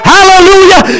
Hallelujah